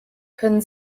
können